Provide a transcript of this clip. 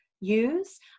use